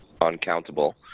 uncountable